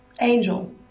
angel